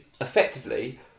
effectively